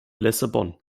lissabon